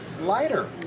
lighter